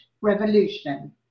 revolution